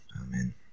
amen